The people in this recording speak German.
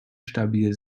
stabil